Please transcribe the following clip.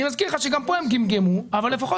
אני מזכיר לך שגם שם הם גמגמו אבל לפחות